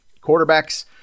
Quarterbacks